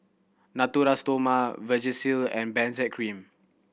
Natura Stoma Vagisil and Benzac Cream